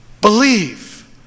Believe